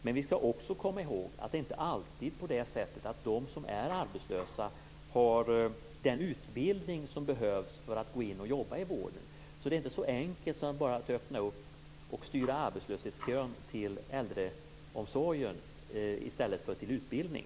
Men vi skall också komma ihåg att det inte alltid är på det sättet att de som är arbetslösa har den utbildning som behövs för att jobba i vården. Det är inte så enkelt som att bara öppna och styra arbetslöshetskön till äldreomsorgen i stället för till utbildning.